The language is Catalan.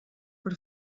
per